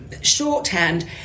shorthand